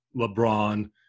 LeBron